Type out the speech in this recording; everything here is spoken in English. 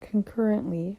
concurrently